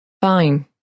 Fine